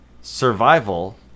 Survival